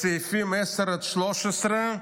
בסעיפים 10 13,